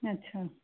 अच्छा